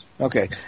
Okay